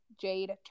jade